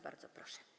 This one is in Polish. Bardzo proszę.